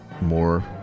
more